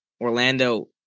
Orlando